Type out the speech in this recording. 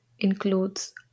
Includes